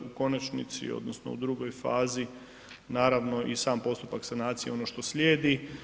U konačnici odnosno u drugoj fazi naravno i sam postupak sanacije ono što slijedi.